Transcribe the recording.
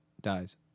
dies